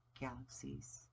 galaxies